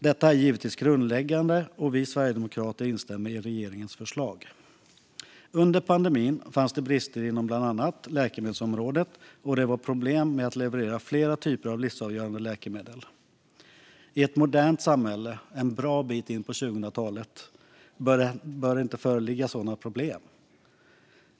Detta är givetvis grundläggande, och vi sverigedemokrater instämmer i regeringens förslag. Under pandemin fanns det brister inom bland annat läkemedelsområdet, och det var problem med att leverera flera typer av livsavgörande läkemedel. I ett modernt samhälle en bra bit in på 2000-talet bör det inte föreligga sådana problem.